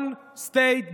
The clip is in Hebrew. one bomb state,